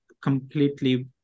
completely